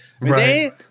Right